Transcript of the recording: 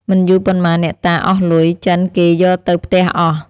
មិនយូរប៉ុន្មានអ្នកតាអស់លុយ ចិនគេយកទៅផ្ទះអស់ ។